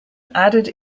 added